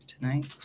tonight